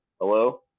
hello